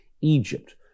Egypt